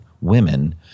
women